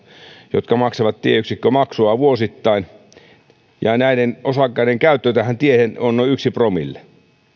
jotka maksavat tieyksikkömaksua vuosittain ja näiden osakkaiden käyttö tähän tiehen on noin yhdelle promille